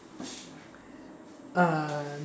uh